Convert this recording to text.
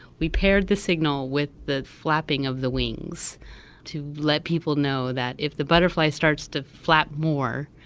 we paired the signal with the flapping of the wings to let people know that if the butterfly starts to flap more,